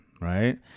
right